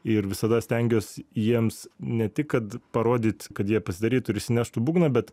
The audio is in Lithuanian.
ir visada stengiuos jiems ne tik kad parodyt kad jie pasidarytų ir išsineštų būgną bet